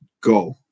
go